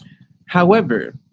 however,